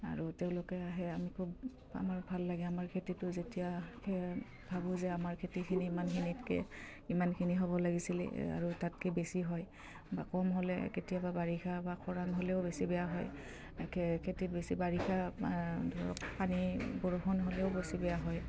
আৰু তেওঁলোকে আহে আমি খুব আমাৰ ভাল লাগে আমাৰ খেতিটো যেতিয়া ভাবোঁ যে আমাৰ খেতিখিনি ইমানখিনিতকে ইমানখিনি হ'ব লাগিছিলে আৰু তাতকে বেছি হয় বা কম হ'লে কেতিয়াবা বাৰিষা বা খৰাং হ'লেও বেছি বেয়া হয় খেতিত বেছি বাৰিষা ধৰক পানী বৰষুণ হ'লেও বেছি বেয়া হয়